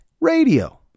radio